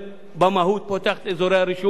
החוק של עתני שנלר, גם יש בו שכל,